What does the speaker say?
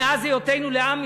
מאז היותנו לעם,